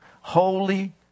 Holy